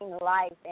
life